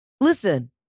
listen